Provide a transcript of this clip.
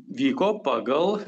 vyko pagal